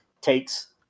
takes